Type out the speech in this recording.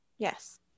Yes